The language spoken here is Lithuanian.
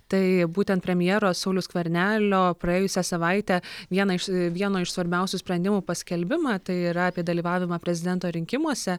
tai būtent premjero sauliaus skvernelio praėjusią savaitę viena iš vieno iš svarbiausių sprendimų paskelbimą tai yra apie dalyvavimą prezidento rinkimuose